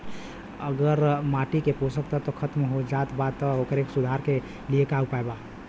अगर माटी के पोषक तत्व खत्म हो जात बा त ओकरे सुधार के लिए का उपाय बा?